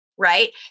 Right